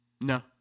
No